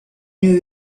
knew